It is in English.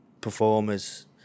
performers